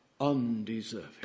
undeserving